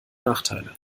nachteile